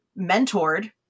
mentored